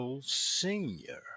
senior